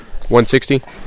160